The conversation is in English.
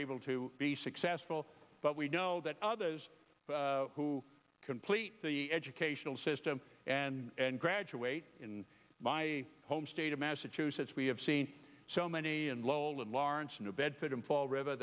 able to be successful but we know that others who complete the educational system and graduate in my home state of mass two says we have seen so many and lol in lawrence new bedford in fall river